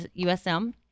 USM